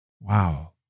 Wow